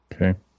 Okay